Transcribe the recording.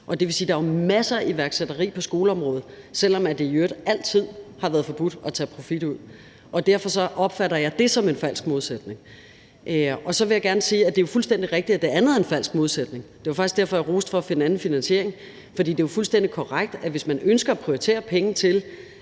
jo er masser af iværksætteri på skoleområdet, selv om det i øvrigt altid har været forbudt at tage profit ud. Derfor opfatter jeg det som en falsk modsætning. Så vil jeg gerne sige, at det jo er fuldstændig rigtigt, at det andet er en falsk modsætning. Det var faktisk derfor, at jeg roste, hvad angår det at finde anden finansiering. For det er fuldstændig korrekt, at hvis man ønsker at prioritere penge til,